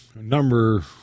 number